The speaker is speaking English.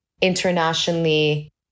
internationally